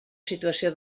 situació